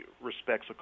respects